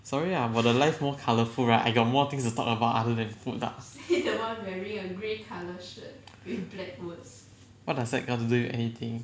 sorry lah 我的 life more colourful right I got more things to talk about other than food lah what does that gotta do with anything